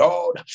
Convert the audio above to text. Lord